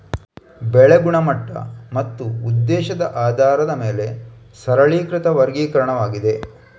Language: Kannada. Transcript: ಬೆಳೆ ಗುಣಮಟ್ಟ ಮತ್ತು ಉದ್ದೇಶದ ಆಧಾರದ ಮೇಲೆ ಸರಳೀಕೃತ ವರ್ಗೀಕರಣವಾಗಿದೆ